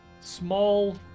small